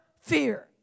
fear